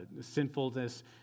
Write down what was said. sinfulness